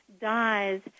dies